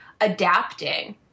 adapting